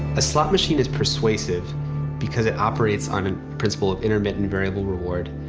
a slot machine is persuasive because it operates on a principle of intermittent variable reward,